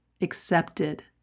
accepted